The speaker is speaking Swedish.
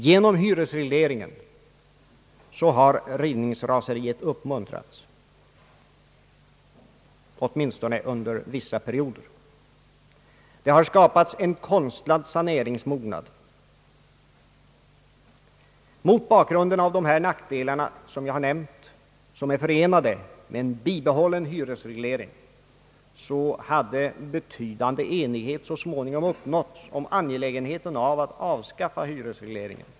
Genom hyresregleringen har rivningsraseriet uppmuntrats, åtminstone under vissa perioder. Det har skapats en konstlad saneringsmognad. Mot bakgrund av de nackdelar som jag har nämnt är förenade med en bibehållen hyresreglering hade betydande enighet så småningom uppnåtts om angelägenheten av att avskaffa hyresregleringen.